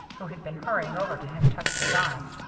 who had been hurrying over to him, touched his arm.